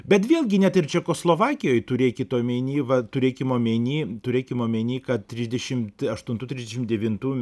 bet vėlgi net ir čekoslovakijoj turėkit omeny va turėkim omeny turėkim omeny kad trisdešimt ee aštuntų trisdešimt devintų